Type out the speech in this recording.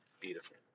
beautiful